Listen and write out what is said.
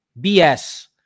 BS